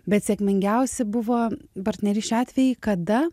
bet sėkmingiausi buvo partnerysčių atvejai kada